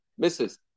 Mrs